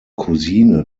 cousine